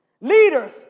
Leaders